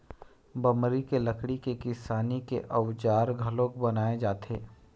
बमरी के लकड़ी के किसानी के अउजार घलोक बनाए जाथे